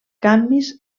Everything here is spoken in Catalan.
canvis